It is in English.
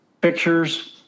pictures